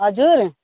हजुर